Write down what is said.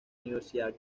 universidad